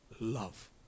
love